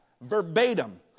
Verbatim